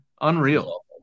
Unreal